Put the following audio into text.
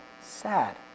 sad